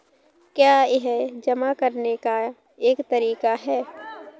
क्या यह जमा करने का एक तरीका है?